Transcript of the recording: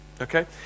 Okay